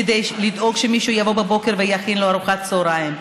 כדי לדאוג שמישהו יבוא בבוקר ויכין לו ארוחת צוהריים,